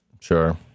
Sure